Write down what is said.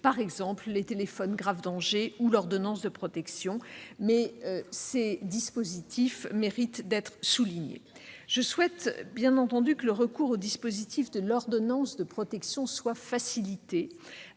comme les téléphones grave danger (TGD) ou l'ordonnance de protection, des dispositifs qui méritent d'être mis en lumière. Je souhaite bien entendu que le recours au dispositif de l'ordonnance de protection soit facilité,